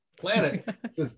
planet